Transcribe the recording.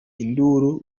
induru